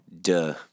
Duh